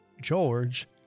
George